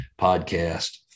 podcast